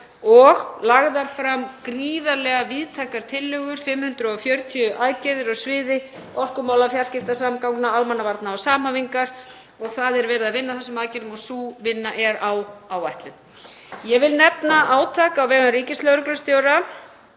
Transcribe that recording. og lagðar fram gríðarlega víðtækar tillögur, 540 aðgerðir á sviði orkumála, fjarskipta, samgangna, almannavarna og samhæfingar. Það er verið að vinna að þessum aðgerðum og sú vinna er á áætlun. Ég vil nefna átak á vegum ríkislögreglustjóra